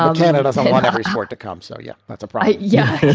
um cannot so afford to come. so. yeah, that's right. yeah.